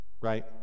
right